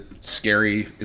scary